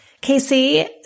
Casey